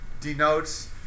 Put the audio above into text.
denotes